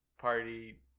party